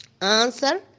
Answer